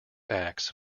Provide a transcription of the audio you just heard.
acts